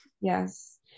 Yes